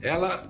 Ela